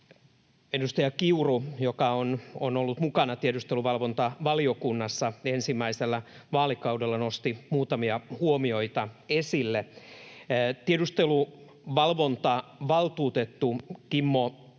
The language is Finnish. edustaja Kiuru, joka on ollut mukana tiedusteluvalvontavaliokunnassa ensimmäisellä vaalikaudella, nosti muutamia huomioita esille. Tiedusteluvalvontavaltuutettu Kimmo Hakonen